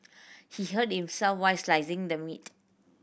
he hurt himself while slicing the meat